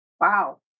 Wow